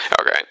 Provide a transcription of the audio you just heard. Okay